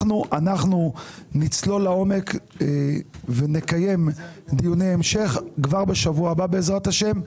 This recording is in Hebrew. אנחנו נצלול לעומק ונקיים דיוני המשך כבר בשבוע הבא בעזרת השם.